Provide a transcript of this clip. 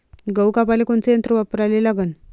गहू कापाले कोनचं यंत्र वापराले लागन?